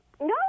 No